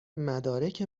مدارک